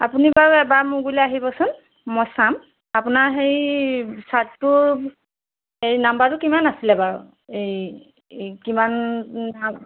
আপুনি বাৰু এবাৰ মোৰ গুৰিলৈ আহিবচোন মই চাম আপোনাৰ হেৰি চাৰ্টটোৰ এই নাম্বাৰটো কিমান আছিলে বাৰু এই কিমান